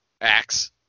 axe